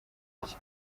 rye